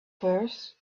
first